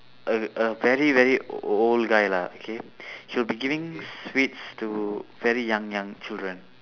a a very very old guy lah okay he'll be giving sweets to very young young children